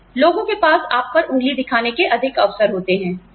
फिर लोगों के पास आप पर उंगली दिखाने के अधिक अवसर होते हैं